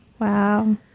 Wow